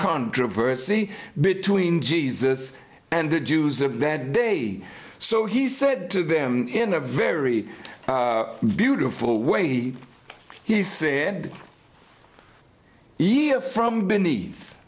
controversy between jesus and the jews of that day so he said to them in a very beautiful way he he said easy a from beneath